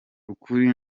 ukuri